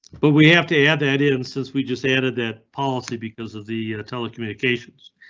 but we have to add that in since we just added that policy because of the and telecommunications,